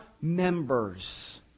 members